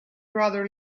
rather